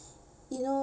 you know